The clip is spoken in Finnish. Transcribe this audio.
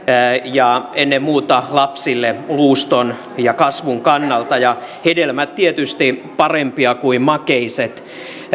ennen muuta lapsille luuston ja kasvun kannalta ja hedelmät ovat tietysti parempia kuin makeiset